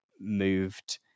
moved